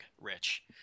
Rich